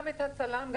גם צלם,